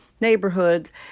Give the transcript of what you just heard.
neighborhoods